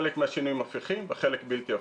חלק מהשינויים הפיכים וחלק בלתי הפיכים.